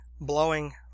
blowing